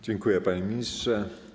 Dziękuję, panie ministrze.